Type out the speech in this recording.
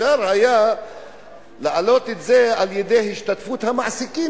אפשר היה להעלות את זה על-ידי השתתפות רבה יותר של המעסיקים.